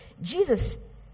Jesus